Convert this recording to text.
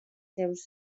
seus